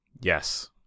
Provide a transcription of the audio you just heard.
Yes